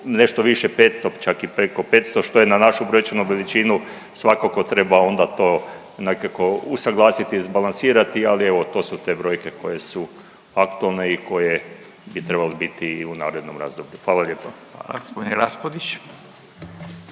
nešto više 500 čak i preko 500 što je našu brojčanu veličinu svakako treba onda to nekako usuglasiti, izbalansirati, ali evo to su te brojke koje su aktualne i koje bi trebale biti i u narednom razdoblju. Hvala lijepa. **Radin, Furio